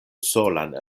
solan